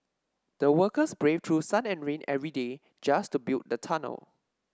the workers braved through sun and rain every day just to build the tunnel